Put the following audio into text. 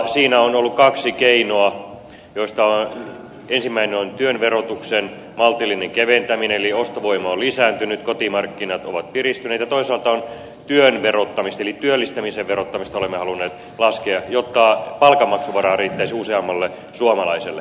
siinä on ollut kaksi keinoa joista ensimmäinen on työn verotuksen maltillinen keventäminen eli ostovoima on lisääntynyt kotimarkkinat ovat piristyneet ja toisaalta työn verottamista eli työllistämisen verottamista olemme halunneet laskea jotta palkanmaksuvaraa riittäisi useammalle suomalaiselle